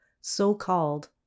so-called